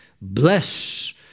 Bless